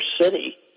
city